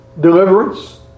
deliverance